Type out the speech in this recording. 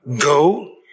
go